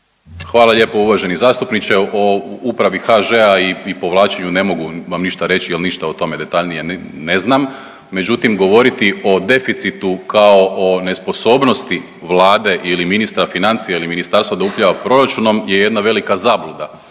Hvala lijepo uvaženi zastupniče. O upravi HŽ-a i povlačenju ne mogu vam ništa reći jer ništa o tome detaljnije ne znam. Međutim, govoriti o deficitu kao o nesposobnosti vlade ili ministra financija ili ministarstva da upravlja proračunom je jedna velika zabluda.